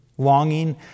longing